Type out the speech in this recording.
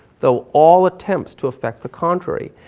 though all attempts to affect the contrary.